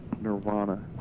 Nirvana